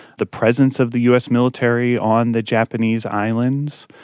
the presence of the us military on the japanese islands,